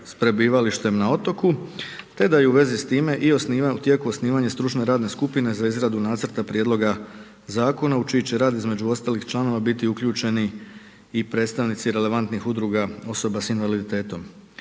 sa prebivalištem na otoku, te da je i u vezi s time u tijeku osnivanje stručne radne skupine za izradu nacrta prijedloga zakona u čiji će rad između ostalih članova biti uključeni i predstavnici relevantnih udruga osoba sa invaliditetom.